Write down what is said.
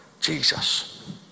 Jesus